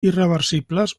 irreversibles